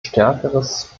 stärkeres